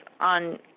on